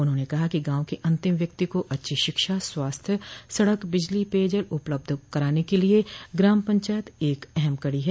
उन्होंने कहा कि गांव के अंतिम व्यक्ति को अच्छी शिक्षा स्वास्थ्य सड़क बिजली पेयजल उपलब्ध कराने के लिये ग्राम पंचायत एक अहम कड़ी है